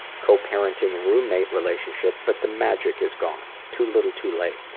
co-parenting roommate relationship but the magic is gone too little, too late.